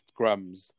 scrums